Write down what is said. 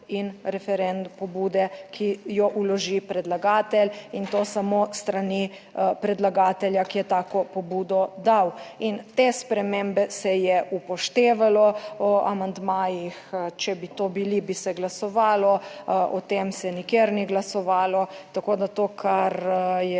in pobude, ki jo vloži predlagatelj in to samo s strani predlagatelja, ki je tako pobudo dal in te spremembe se je upoštevalo. O amandmajih, če bi to bili, bi se glasovalo o tem, se nikjer ni glasovalo, tako da to kar je